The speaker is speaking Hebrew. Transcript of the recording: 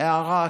הערה אחת.